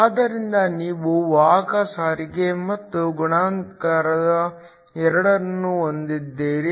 ಆದ್ದರಿಂದ ನೀವು ವಾಹಕ ಸಾರಿಗೆ ಮತ್ತು ಗುಣಾಕಾರ ಎರಡನ್ನೂ ಹೊಂದಿದ್ದೀರಿ